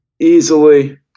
easily